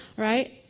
right